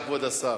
בבקשה, כבוד השר.